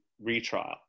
retrial